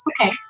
okay